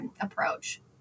approach